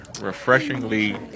refreshingly